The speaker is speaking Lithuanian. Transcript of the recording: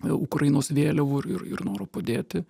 ukrainos vėliavų ir ir ir noro padėti